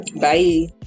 Bye